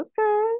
okay